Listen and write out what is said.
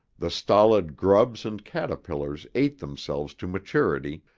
the stolid grubs and caterpillars ate themselves to maturity,